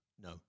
No